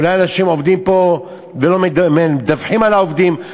אולי אנשים עובדים פה ולא מדווחים על העובדים.